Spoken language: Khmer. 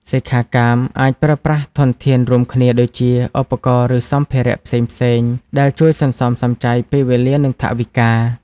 សិក្ខាកាមអាចប្រើប្រាស់ធនធានរួមគ្នាដូចជា ឧបករណ៍ ឬសម្ភារៈផ្សេងៗ ដែលជួយសន្សំសំចៃពេលវេលា និងថវិកា។